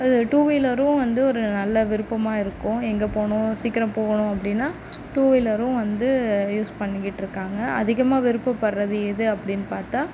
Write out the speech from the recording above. இது டூவீலரும் வந்து ஒரு நல்ல விருப்பமாக இருக்கும் எங்கே போகணும் சீக்கிரம் போகணும் அப்படின்னா டூவீலரும் வந்து யூஸ் பண்ணிக்கிட்டு இருக்காங்க அதிகமாக விருப்பப்படுறது எது அப்படின்னு பார்த்தா